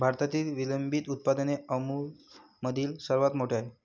भारतातील विलंबित उत्पादन अमूलमधील सर्वात मोठे आहे